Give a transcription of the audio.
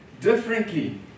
differently